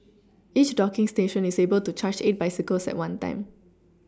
each docking station is able to charge eight bicycles at one time